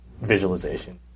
visualization